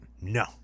No